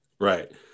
Right